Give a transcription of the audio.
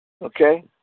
Okay